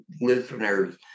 listeners